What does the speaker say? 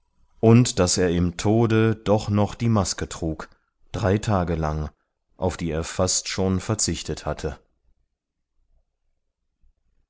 und daß er im tode doch noch die maske trug drei tage lang auf die er fast schon verzichtet hatte